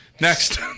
Next